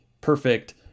perfect